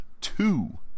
two